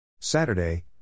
Saturday